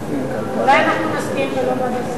אולי אנחנו נסכים, ולא ועדת כספים?